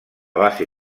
base